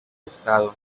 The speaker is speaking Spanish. estado